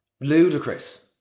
Ludicrous